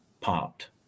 popped